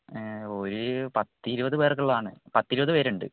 ഒരു പത്തിരുപത് പേർക്കുള്ളതാണ് പത്തിരുപത് പേരുണ്ട്